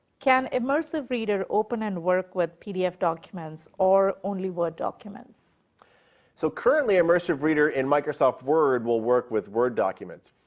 can immersive reader open and work with pdf documents or only word documents? mike so currently, immersive reader and microsoft word will work with word documents.